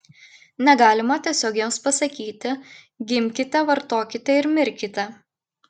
negalima tiesiog jiems pasakyti gimkite vartokite ir mirkite